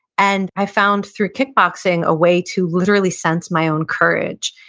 and i found through kickboxing a way to literally sense my own courage.